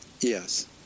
Yes